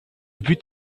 but